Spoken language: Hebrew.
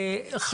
למשל,